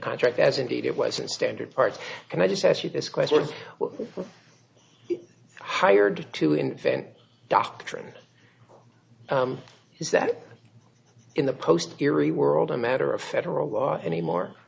contract as indeed it was a standard part and i just ask you this question was well hired to invent doctrine is that in the post eerie world a matter of federal law any more